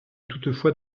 toutefois